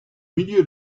milieu